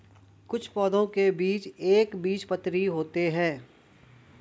कुछ पौधों के बीज एक बीजपत्री होते है